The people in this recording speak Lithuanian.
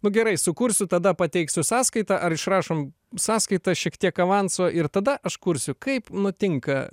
nu gerai sukursiu tada pateiksiu sąskaitą ar išrašom sąskaitą šiek tiek avanso ir tada aš kursiu kaip nutinka